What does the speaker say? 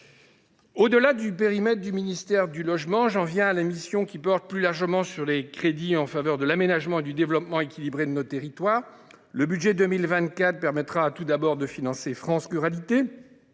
Au delà du périmètre du ministère du logement, j’en viens à la mission qui porte plus largement sur les crédits en faveur de l’aménagement et du développement équilibré de nos territoires. Le budget pour 2024 permettra tout d’abord de financer le plan France Ruralités,